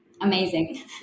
amazing